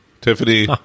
Tiffany